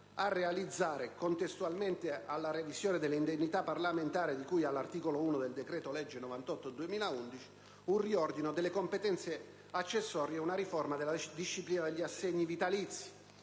a realizzare, contestualmente alla revisione dell'indennità parlamentare di cui all'articolo 1 del decreto legge n. 98 del 2011, un riordino delle competenze accessorie ed una riforma della disciplina degli assegni vitalizi,